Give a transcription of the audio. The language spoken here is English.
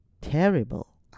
terrible